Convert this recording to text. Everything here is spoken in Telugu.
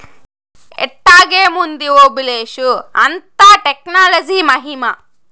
ఎట్టాగేముంది ఓబులేషు, అంతా టెక్నాలజీ మహిమా